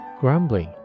grumbling